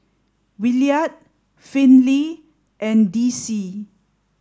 Williard Finley and Dicie